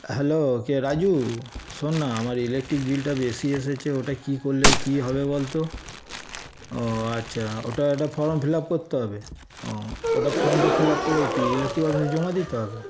hello কে রাজু শোন না আমার ইলেকট্রিক বিলটা বেশি এসেছে ওটা কী করলে কী হবে বলতো ও আচ্ছা ওটা একটা ফর্ম ফিল আপ করতে হবে ও ওটা ফর্মটা ফিল আপ করে কি ইলেকট্রিক অফিসে জমা দিতে হবে